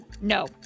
No